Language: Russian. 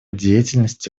деятельности